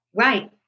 Right